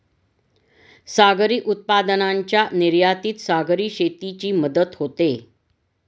सागरी उत्पादनांच्या निर्यातीत सागरी शेतीची मदत होते